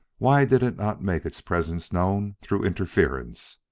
why did it not make its presence known through interference?